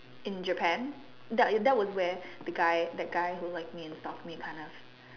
in Japan that that was where the guy the guy who like me and stalked me kind of